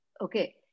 okay